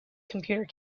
computer